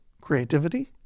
creativity